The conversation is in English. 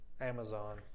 Amazon